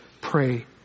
pray